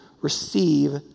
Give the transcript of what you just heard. receive